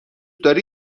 داری